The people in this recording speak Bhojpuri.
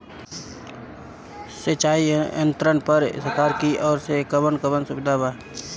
सिंचाई यंत्रन पर एक सरकार की ओर से कवन कवन सुविधा बा?